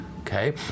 okay